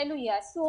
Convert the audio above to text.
ייעשו